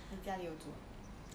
你家里有煮啊